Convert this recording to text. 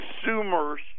consumers